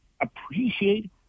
appreciate